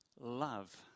love